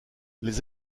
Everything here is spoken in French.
les